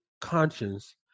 conscience